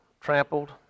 trampled